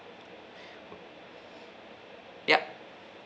yup